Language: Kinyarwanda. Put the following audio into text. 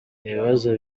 ibibazo